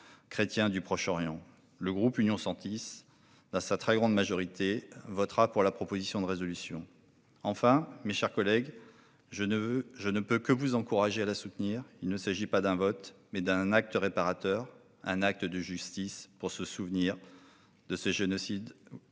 du Proche-Orient. Le groupe Union Centriste, dans sa très grande majorité, votera pour la proposition de résolution. Mes chers collègues, je ne peux que vous encourager à soutenir ce texte. Il ne s'agit pas d'un simple vote, mais d'un acte réparateur, d'un acte de justice pour se souvenir de ce génocide